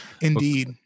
Indeed